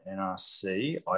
NRC